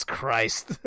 Christ